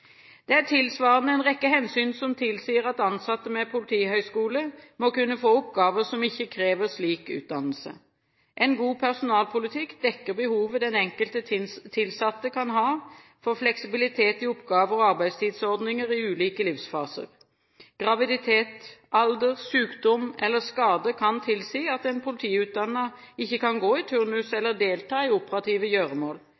Det er tilsvarende en rekke hensyn som tilsier at ansatte med politihøgskole må kunne få oppgaver som ikke krever slik utdannelse. En god personalpolitikk dekker behovet den enkelte tilsatte kan ha for fleksibilitet i oppgaver og arbeidstidsordninger i ulike livsfaser. Graviditet, alder, sykdom eller skader kan tilsi at en politiutdannet ikke kan gå i turnus